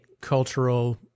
cultural